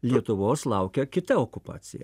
lietuvos laukia kita okupacija